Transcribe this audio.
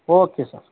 okay sir